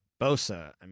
Bosa